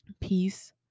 peace